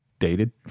dated